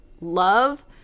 love